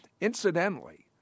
Incidentally